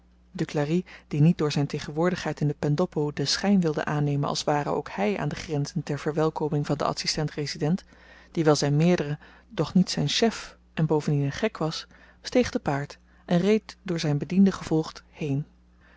duclari die niet door zyn tegenwoordigheid in de pendoppo den schyn wilde aannemen als ware ook hy aan de grenzen ter verwelkoming van den adsistent resident die wel zyn meerdere doch niet zyn chef en bovendien een gek was steeg te paard en reed door zyn bediende gevolgd heen